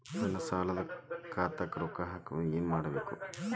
ನನ್ನ ಸಾಲದ ಖಾತಾಕ್ ರೊಕ್ಕ ಹಾಕ್ಬೇಕಂದ್ರೆ ಏನ್ ಮಾಡಬೇಕು?